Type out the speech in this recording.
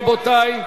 רבותי,